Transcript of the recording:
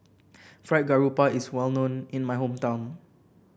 Fried Garoupa is well known in my hometown